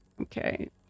Okay